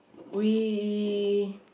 we